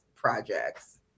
projects